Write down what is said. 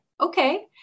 Okay